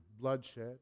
bloodshed